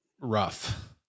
rough